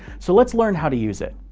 so let's learn how to use it.